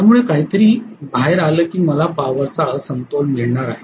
त्यामुळे काहीतरी बाहेर आलं की मला पॉवर चा असमतोल मिळणार आहे